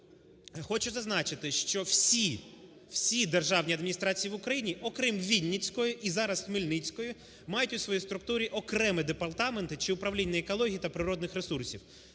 хочу зазначити, що всі, всі державні адміністрації в Україні, окрім Вінницької і зараз Хмельницької, мають у своїй структурі окремі департаменти чи управління екології та природних ресурсів,